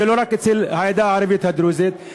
וזה לא רק אצל העדה הערבית הדרוזית,